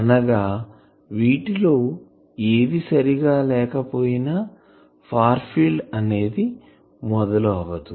అనగా వీటిలో ఏది సరిగా లేకపోయినా ఫార్ ఫీల్డ్ అనేది మొదలు అవ్వదు